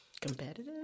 Competitive